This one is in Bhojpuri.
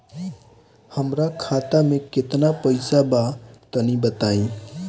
हमरा खाता मे केतना पईसा बा तनि बताईं?